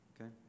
Okay